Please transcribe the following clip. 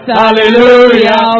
hallelujah